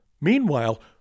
Meanwhile